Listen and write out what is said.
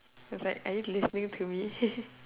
is like are you listening to me